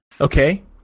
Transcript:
Okay